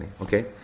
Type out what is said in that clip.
okay